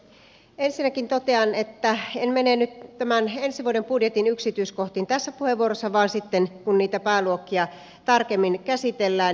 ensinnäkin totean että en mene nyt tämän ensi vuoden budjetin yksityiskohtiin tässä puheenvuorossa vaan sitten kun niitä pääluokkia tarkemmin käsitellään